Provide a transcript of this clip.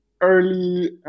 early